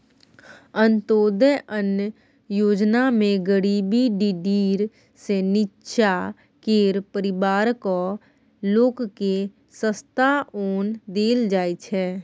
अंत्योदय अन्न योजनामे गरीबी डिडीर सँ नीच्चाँ केर परिबारक लोककेँ सस्ता ओन देल जाइ छै